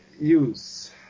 use